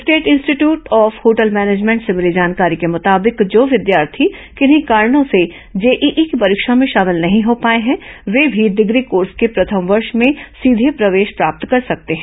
state institute of hotel management से मिली जानकारी के मुताबिक जो विद्यार्थी किन्ही कारणो से जेईई की परीक्षा में शामिल नहीं हो पाए हैं वे भी डिग्री कोर्स के प्रथम वर्ष में सीधे प्रवेश प्राप्त कर सकते हैं